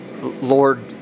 Lord